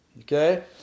okay